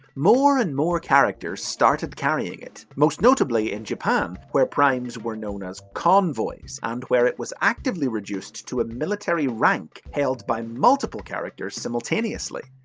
more and more characters started carrying it, most notably in japan, where primes were known as convoys, and where it was actively reduced it to a military rank held by multiple characters simultaneously.